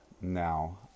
Now